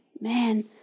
Man